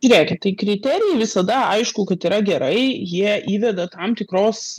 žiūrėkit tai kriterijai visada aišku kad yra gerai jie įveda tam tikros